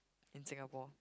in Singapore